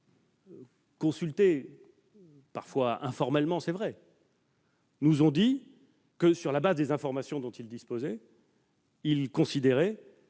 consultés, parfois informellement, c'est vrai, nous ont dit que, sur la base des informations dont ils disposaient, ils considéraient